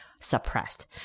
suppressed